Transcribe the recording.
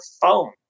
phone